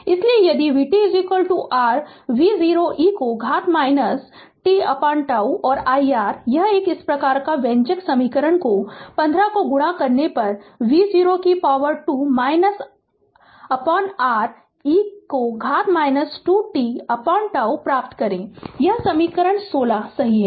इसलिए यदि vt r v0 e को घात tτ और iR यह एक इस व्यंजक समीकरण 15 को गुणा करने पर v0 2R e को घात 2 tτ प्राप्त करें यह समीकरण 16 सही है